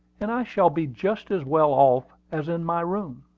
and i shall be just as well off as in my room.